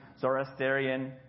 Zoroastrian